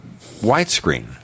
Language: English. widescreen